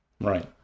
Right